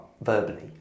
verbally